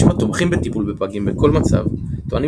אנשים התומכים בטיפול בפגים בכל מצב טוענים